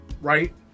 Right